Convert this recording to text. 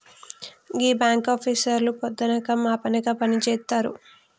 గీ బాంకాపీసర్లు పొద్దనక మాపనక పనిజేత్తరు